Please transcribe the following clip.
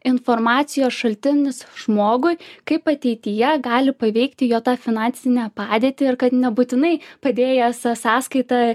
informacijos šaltinis žmogui kaip ateityje gali paveikti jo tą finansinę padėtį ir kad nebūtinai padėjęs sąskaitą